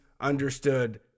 understood